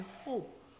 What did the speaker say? hope